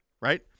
right